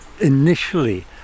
initially